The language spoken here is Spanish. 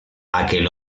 aquel